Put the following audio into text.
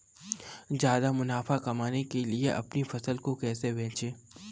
ज्यादा मुनाफा कमाने के लिए अपनी फसल को कैसे बेचें?